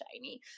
shiny